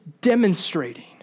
demonstrating